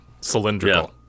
cylindrical